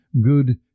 good